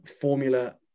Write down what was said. Formula